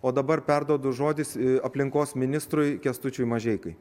o dabar perduodu žodį aplinkos ministrui kęstučiui mažeikai